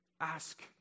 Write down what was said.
Ask